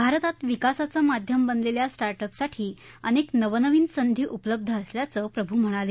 भारतात विकासाचं माध्यम बनललेल्या स्टार्टअपसाठी अनेक नवनवीन संधी उपलब्ध असल्याचं प्रभू म्हणाले